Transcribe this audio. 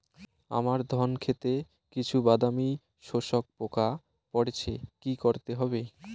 আমার ধন খেতে কিছু বাদামী শোষক পোকা পড়েছে কি করতে হবে?